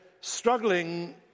struggling